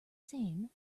same